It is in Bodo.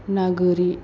ना गोरि